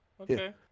Okay